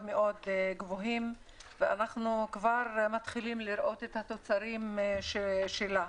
מאוד גבוהים ואנחנו כבר מתחילים לראות את התוצרים שלה.